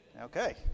okay